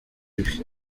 ibi